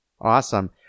Awesome